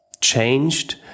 changed